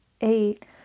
eight